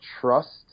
trust